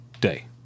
Day